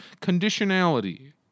conditionality